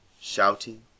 shouting